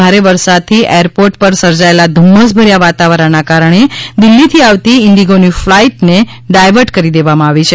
ભારે વરસાદથી એરપોર્ટ પર સર્જાયેલા ધુમ્મસભર્યા વાતાવરણના કારણે દિલ્ફીથી આવતી ઈન્ડિગોની ફ્લાઈટને ડાયવર્ટ કરી દેવામાં આવી છે